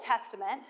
Testament